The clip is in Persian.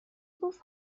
گفت